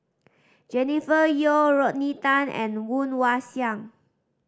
Jennifer Yeo Rodney Tan and Woon Wah Siang